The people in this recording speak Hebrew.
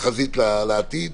כתחזית לעתיד